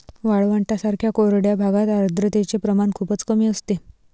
वाळवंटांसारख्या कोरड्या भागात आर्द्रतेचे प्रमाण खूपच कमी असते